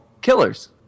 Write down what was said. killers